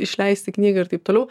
išleisti knygą ir taip toliau